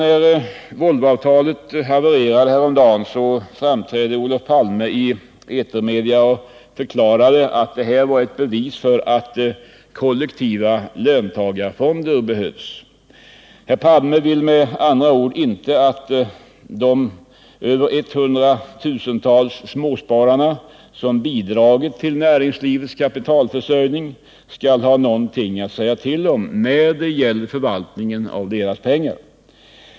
När Volvoavtalet havererade häromdagen framträdde Olof Palme i etermedia och förklarade att det här var ett bevis för att kollektiva löntagarfonder behövs. Herr Palme vill med andra ord inte att de över 100 000 småsparare som bidragit till näringslivets kapitalförsörjning skall ha någonting att säga till om när det gäller förvaltningen av deras pengar.